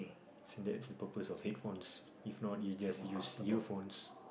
so that's the purpose of headphones if not you just use earphones